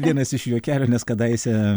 vienas iš juokelių nes kadaise